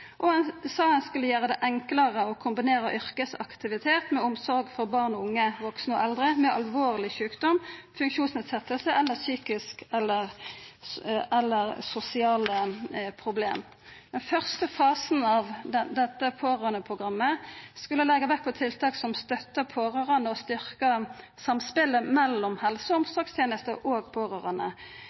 Ein sa òg ein skulle gjera det enklare å kombinera yrkesaktivitet med omsorg for barn og unge, vaksne og eldre med alvorleg sjukdom, funksjonsnedsetjing eller psykiske og sosiale problem. Den første fasen av dette pårørandeprogrammet skulle leggja vekt på tiltak som støtta pårørande og styrkte samspelet mellom helse- og omsorgstenester og pårørande.